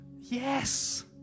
yes